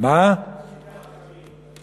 מה אומר ה"שפתי חכמים"